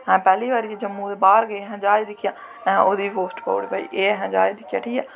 अस पैह्ली बारी जम्मू दे शैह्र गे असैं ज्हाज दिक्खेआ असें ओह्दी बी पोस्ट पाई ओड़ी भाई असें ज्हाज दिक्खेआ